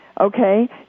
Okay